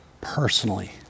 personally